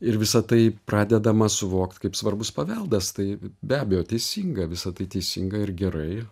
ir visa tai pradedama suvokt kaip svarbus paveldas tai be abejo teisinga visa tai teisinga ir gerai